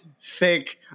fake